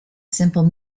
simple